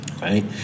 Right